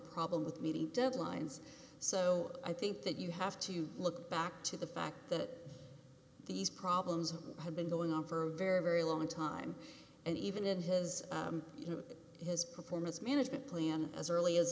problem with meeting deadlines so i think that you have to look back to the fact that these problems have been going on for a very very long time and even in his you know his performance management plan as early as